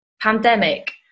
pandemic